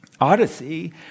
odyssey